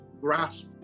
grasp